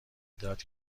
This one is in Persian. داد